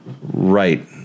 right